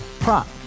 Prop